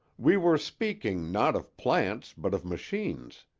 we were speaking, not of plants, but of machines.